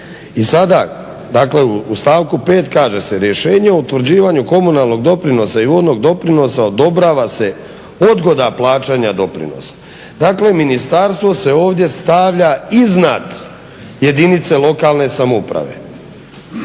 I sada, dakle u stavku 5. kaže se: "Rješenje o utvrđivanju komunalnog doprinosa i vodnog doprinosa odobrava se odgoda plaćanja doprinosa. Dakle, ministarstvo se ovdje stavlja iznad jedinice lokalne samouprave,